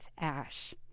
ash